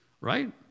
Right